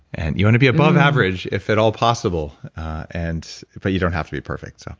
and you want to be above average, if at all possible and but you don't have to be perfect yeah,